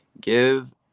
give